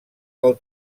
del